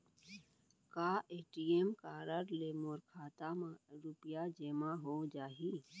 का ATM card ले मोर खाता म रुपिया जेमा हो जाही?